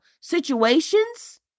situations